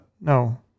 no